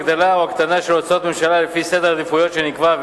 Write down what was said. הגדלה או הקטנה של הוצאות ממשלה לפי סדר העדיפויות שנקבע,